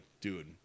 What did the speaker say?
dude